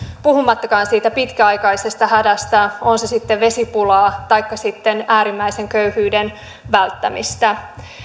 puhumattakaan siitä pitkäaikaisesta hädästä on se sitten vesipulaa taikka äärimmäisen köyhyyden välttämistä